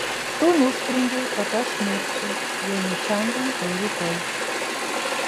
tu nusprendei kad aš mirsiu jei ne šiandien tai rytoj